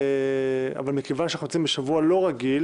אבל מכיוון שאנחנו נמצאים בשבוע לא רגיל